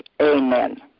amen